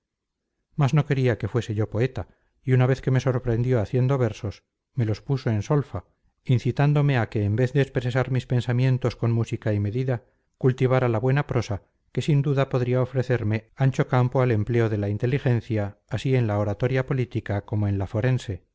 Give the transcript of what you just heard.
mas no quería que fuese yo poeta y una vez que me sorprendió haciendo versos me los puso en solfa incitándome a que en vez de expresar mis pensamientos con música y medida cultivara la buena prosa que sin duda podía ofrecerme ancho campo al empleo de la inteligencia así en la oratoria política como en la forense